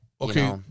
okay